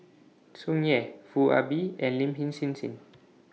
Tsung Yeh Foo Ah Bee and Lin Him Hsin Hsin